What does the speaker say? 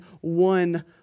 one